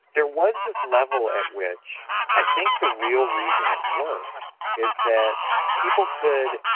there was this level at which i think the real reason it worked is that people could,